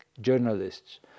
Journalists